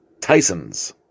Tyson's